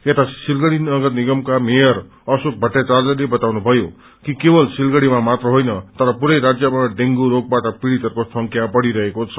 यता सिलगड़ी नगर निगमको मेयर अशोक भट्टाचार्यले बताउनुभाये कि केवल सिलगड़ीमा मात्र होइन तर पूरै राज्यमा डेंगू रोगबाट पीड़ितहरूको संख्या बढ़िरहेको छ